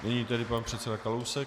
Nyní tedy pan předseda Kalousek.